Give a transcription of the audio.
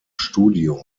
studium